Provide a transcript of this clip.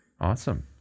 Awesome